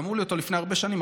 ואמרו לי אותו לפני הרבה שנים,